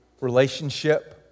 relationship